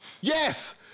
Yes